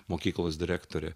mokyklos direktorė